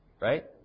right